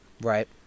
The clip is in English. Right